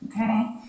Okay